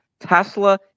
Tesla